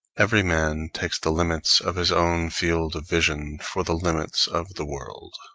every man takes the limits of his own field of vision for the limits of the world.